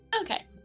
Okay